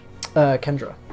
Kendra